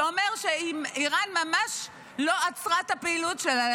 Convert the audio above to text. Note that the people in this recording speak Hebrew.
שאומר שאיראן ממש לא עצרה את הפעילות שלה,